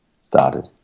started